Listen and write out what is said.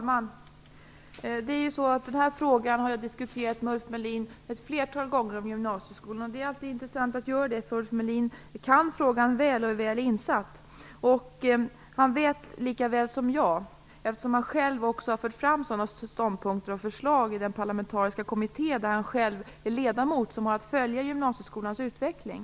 Fru talman! Jag har ett flertal gånger diskuterat frågan om gymnasieskolan med Ulf Melin. Det är alltid intressant att göra det, för Ulf Melin kan frågan väl och är väl insatt. Ulf Melin är själv ledamot i den parlamentariska kommitté som har att följa gymnasieskolans utveckling.